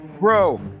Bro